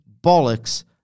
bollocks